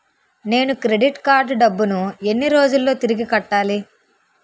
నేను credit card డబ్బును ఎన్ని రోజుల్లో తిరిగి కట్టాలి?